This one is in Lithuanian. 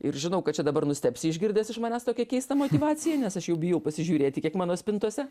ir žinau kad čia dabar nustebsi išgirdęs iš manęs tokią keistą motyvaciją nes aš jau bijau pasižiūrėti kiek mano spintose